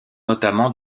notamment